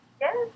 Yes